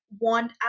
want